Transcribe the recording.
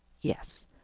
Yes